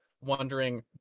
wondering